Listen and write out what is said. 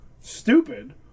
stupid